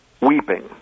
weeping